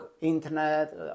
internet